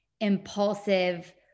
impulsive